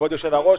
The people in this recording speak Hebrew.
כבוד יושב-הראש,